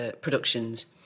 productions